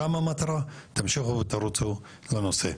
שם המטרה, תמשיכו ותרוצו לנושא.